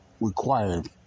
required